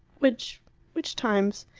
which which times?